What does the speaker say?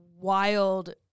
wild